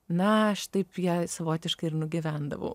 na aš taip ją savotiškai ir nugyvendavau